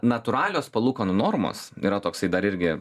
natūralios palūkanų normos yra toksai dar irgi